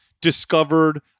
discovered